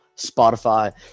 Spotify